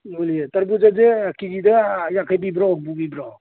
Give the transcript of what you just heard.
ꯌꯣꯜꯂꯤ ꯇꯔꯕꯨꯖꯥꯁꯦ ꯀꯦ ꯖꯤꯗ ꯌꯥꯡꯈꯩ ꯄꯤꯕ꯭ꯔꯣ ꯍꯨꯝꯐꯨ ꯄꯤꯕ꯭ꯔꯣ